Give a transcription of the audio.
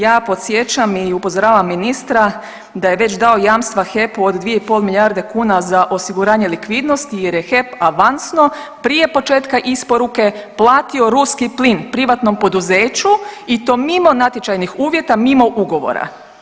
Ja podsjećam i upozoravam ministra da je već dao jamstva HEP-u od 2,5 milijarde kuna za osiguravanje likvidnosti jer je HEP avansno prije početka isporuke platio ruski plin privatnom poduzeću i to mimo natječajnih uvjeta, mimo ugovora.